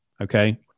Okay